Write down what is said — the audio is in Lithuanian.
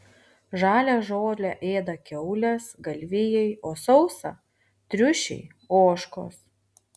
žalią žolę ėda kiaulės galvijai o sausą triušiai ožkos